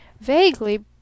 Vaguely